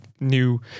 new